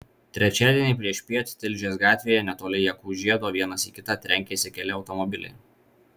trečiadienį priešpiet tilžės gatvėje netoli jakų žiedo vienas į kitą trenkėsi keli automobiliai